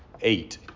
eight